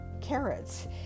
carrots